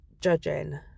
judging